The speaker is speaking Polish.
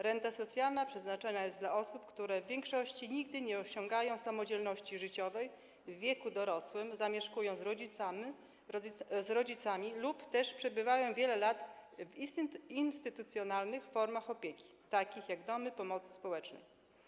Renta socjalna przeznaczona jest dla osób, które w większości nigdy nie osiągają samodzielności życiowej, w wieku dorosłym zamieszkują z rodzicami lub też przebywają wiele lat w instytucjonalnych formach opieki, takich jak domy pomocy społecznej.